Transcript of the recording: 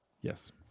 Yes